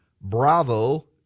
Bravo